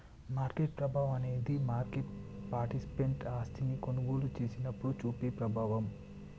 market ప్రభావం అనేది market participant ఆస్తిని కొనుగోలు చేసినప్పుడు చూపే ప్రభావం